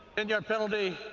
and yard penalty,